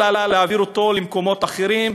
אלא להעביר אותו למקומות אחרים,